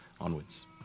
onwards